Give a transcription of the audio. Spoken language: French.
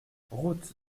route